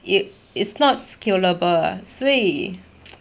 it is not scalable ah 所以